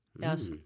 Yes